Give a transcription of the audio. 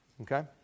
Okay